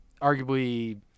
Arguably